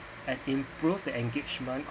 and improve the engagement